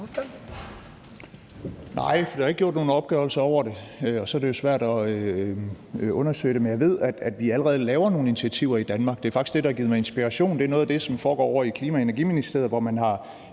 Nej, for der er ikke gjort nogen opgørelser over det, og så er det jo svært at undersøge det. Men jeg ved, at vi allerede laver nogle initiativer i Danmark – det er faktisk det, der har givet mig inspiration – og det er noget af det, som foregår ovre i Klima-, Energi- og Forsyningsministeriet, hvor man har